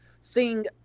seeing